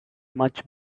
much